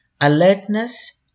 Alertness